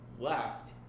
left